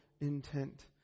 intent